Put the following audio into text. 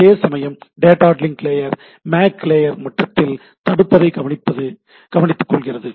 அதேசமயம் data link layer MAC layer மட்டத்தில் தடுப்பதை கவனித்துக்கொள்கிறது